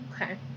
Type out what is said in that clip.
Okay